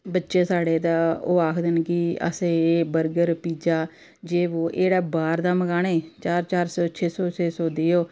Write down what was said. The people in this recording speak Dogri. बच्चे साढ़े ओह् आखदे ना कि एह् बर्गर पीज़ा जे वो एह् जेह्ड़ा बाह्र दा मंगाना चार चार छे छे सौ देओ